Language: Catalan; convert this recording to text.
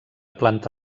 planta